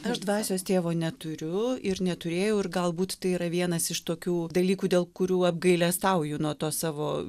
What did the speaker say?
aš dvasios tėvo neturiu ir neturėjau ir galbūt tai yra vienas iš tokių dalykų dėl kurių apgailestauju nuo to savo